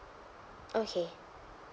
okay